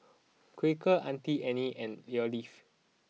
Quaker Auntie Anne's and Alf